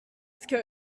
coat